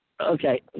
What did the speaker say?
okay